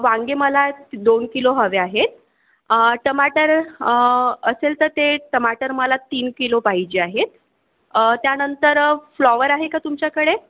वांगे मला दोन किलो हवे आहेत टमाटर असेल तर ते टमाटर मला तीन किलो पाहिजे आहेत त्यानंतर फ्लॉवर आहे का तुमच्याकडे